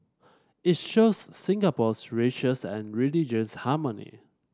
it shows Singapore's racial and religious harmony